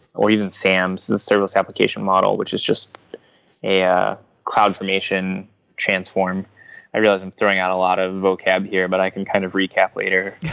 or even sam's, the service application model, which is just a yeah cloud formation transform i realized, i'm throwing out a lot of vocab here, but i can kind of recap later.